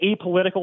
apolitical